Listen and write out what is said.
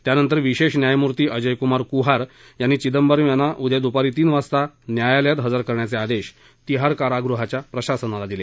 त्यानंतर विशेष न्यायमूर्ती अजय कुमार कुहार यांनी चिदंबरम यांना उद्या दुपारी तीन वाजता न्यायालयात हजर करण्याचे आदेश तिहार कारागृह प्रशासनाला दिले